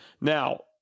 Now